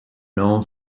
known